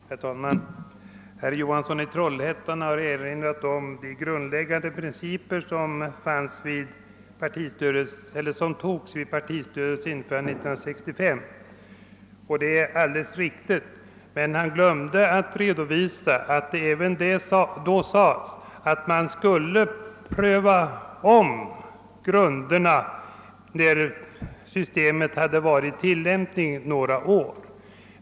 Herr talman! Herr Johansson i Trollhättan har erinrat om de grundläggande principer som antogs vid partistödets införande 1965. Han glömde emellertid att redovisa att det då även sades att dessa grunder borde omprövas när systemet varit under tillämpning några år.